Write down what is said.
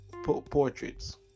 portraits